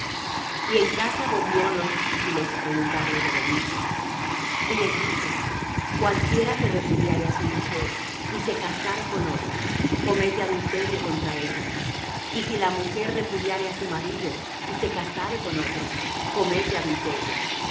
y en casa volvieron los discípulos á preguntarle de lo mismo y les dice cualquiera que repudiare á su mujer y se casare con otra comete adulterio contra ella y si la mujer repudiare á su marido y se casare con otro comete adulterio